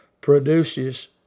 produces